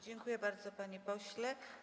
Dziękuję bardzo, panie pośle.